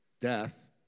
death